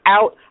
Out